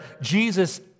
Jesus